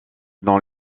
dans